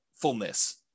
Fullness